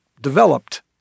developed